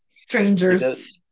strangers